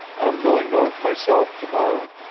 i'm going north myself to-morrow.